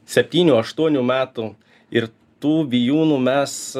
septynių aštuonių metų ir tų vijūnų mes